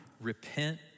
Repent